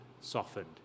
softened